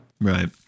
Right